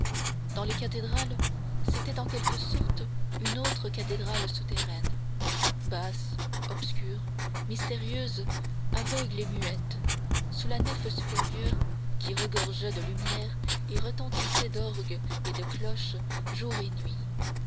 dans les cathédrales c'était en quelque sorte une autre cathédrale souterraine basse obscure mystérieuse aveugle et muette sous la nef supérieure qui regorgeait de lumière et retentissait d'orgues et de cloches jour et nuit